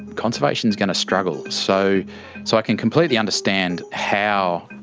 conservation is going to struggle. so so i can completely understand how,